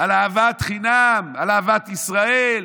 על אהבת חינם, על אהבת ישראל.